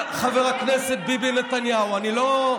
את היית אצלי בלשכה וביקשת לבוא למפלגה שלי,